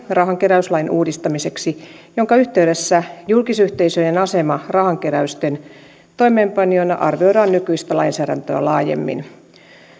rahankeräyslain uudistamiseksi hanke jonka yhteydessä julkisyhteisöjen asema rahankeräysten toimeenpanijoina arvioidaan nykyistä lainsäädäntöä laajemmin